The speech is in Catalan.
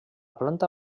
planta